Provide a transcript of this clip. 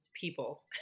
people